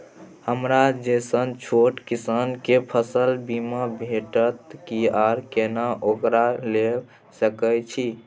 हमरा जैसन छोट किसान के फसल बीमा भेटत कि आर केना ओकरा लैय सकैय छि?